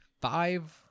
five